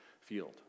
field